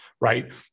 Right